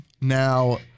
Now